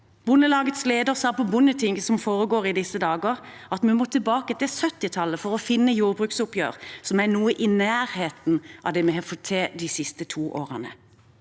Bondelagets leder sa på Bondetinget, som foregår i disse dager, at vi må tilbake til 1970-tallet for å finne jordbruksoppgjør som er noe i nærheten av det vi har fått til de siste to årene.